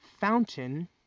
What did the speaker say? fountain